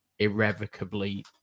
irrevocably